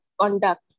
conduct